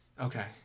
Okay